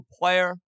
player